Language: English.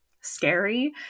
scary